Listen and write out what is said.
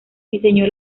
diseñó